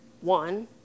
one